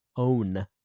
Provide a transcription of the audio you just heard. own